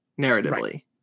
narratively